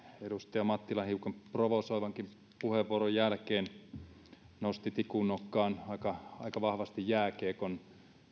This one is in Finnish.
edustaja mattilan hiukan provosoivankin puheenvuoron jälkeen hän nosti tikun nokkaan aika vahvasti jääkiekon